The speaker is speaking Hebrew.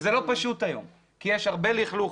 וזה לא פשוט היום כי יש הרבה לכלוך,